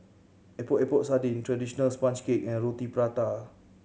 Epok Epok Sardin traditional sponge cake and Roti Prata